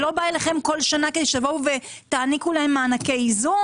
הם לא באים אליכם בכל שנה כדי שתעניקו להם מעניקי איזון